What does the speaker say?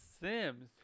Sims